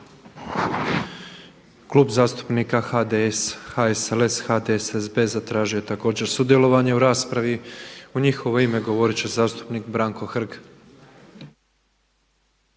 Klub zastupnika HDS, HSLS-a, HDSSB je zatražio također sudjelovanje u raspravi. U njihovo ime govoriti će zastupnik Branko Hrg.